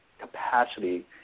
capacity